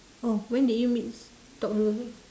oh when did you meet talk to her